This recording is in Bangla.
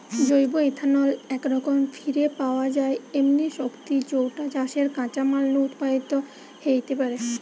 জৈব ইথানল একরকম ফিরে পাওয়া যায় এমনি শক্তি যৌটা চাষের কাঁচামাল নু উৎপাদিত হেইতে পারে